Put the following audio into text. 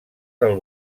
del